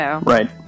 Right